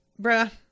bruh